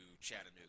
Chattanooga